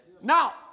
Now